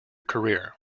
career